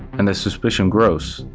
and as suspicion grows,